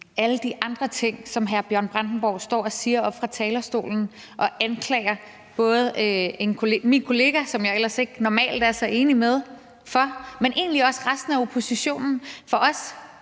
alle de andre ting, som hr. Bjørn Brandenborg står og siger oppe på talerstolen og anklager både min kollega, som jeg ellers normalt ikke er så enig med, men egentlig også resten af oppositionen for.